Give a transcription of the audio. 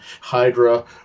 Hydra